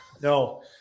no